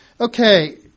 Okay